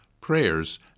prayers